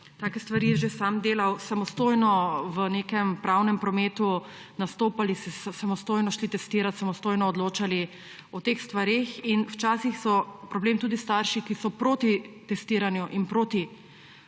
take stvari že sam delal – samostojno v nekem pravnem prometu nastopali, se samostojno šli testirat, se samostojno odločali o teh stvareh. Včasih so problem tudi starši, ki so proti testiranju in proti